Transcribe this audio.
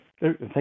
Thank